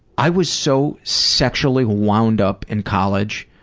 i was so sexually wound up in college,